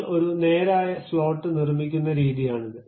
നിങ്ങൾ ഒരു നേരായ സ്ലോട്ട് നിർമ്മിക്കുന്ന രീതിയാണിത്